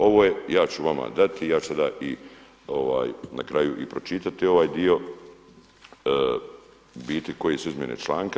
Ovo je, ja ću vama dati, ja ću sada na kraju i pročitati ovaj dio u biti koje su izmjene članka.